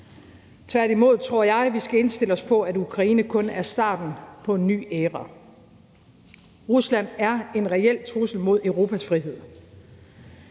Tværtimod tror jeg, at vi skal indstille os på, at Ukraine kun er starten på en ny æra. Rusland er en reel trussel mod Europas frihed.